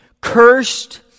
cursed